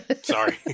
Sorry